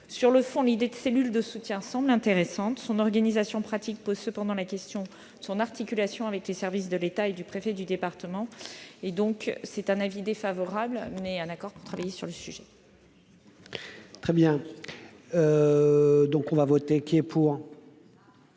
Sur le fond, l'idée de cellules de soutien semble intéressante. Son organisation pratique pose cependant la question de son articulation avec les services de l'État et du préfet du département. J'émets donc un avis défavorable, mais je suis d'accord pour travailler sur le sujet. Je mets aux voix l'amendement